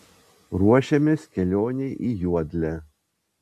ruošiamės kelionei į juodlę